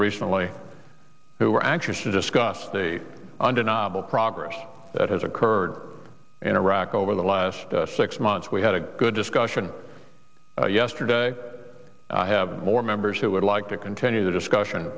recently who were actually discuss date undeniable progress that has occurred in iraq over the last six months we had a good discussion yesterday i have more members who would like to continue the discussion